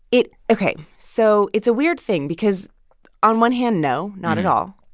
it ok. so it's a weird thing because on one hand, no, not at all.